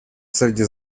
среди